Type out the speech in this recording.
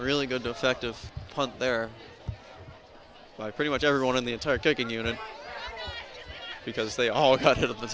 really good effect of punt there by pretty much everyone in the entire taking unit because they all cut to the